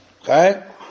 Okay